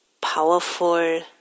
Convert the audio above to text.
powerful